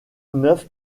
neuf